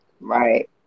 right